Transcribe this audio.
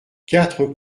quatre